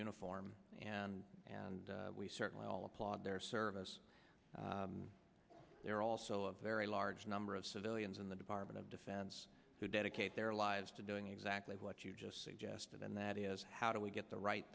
uniform and and we certainly all applaud their service there are also a very large civilians in the department of defense who dedicate their lives to doing exactly what you just suggested and that is how do we get the right